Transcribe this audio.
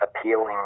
appealing